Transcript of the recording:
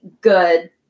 good